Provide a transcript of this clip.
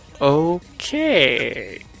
Okay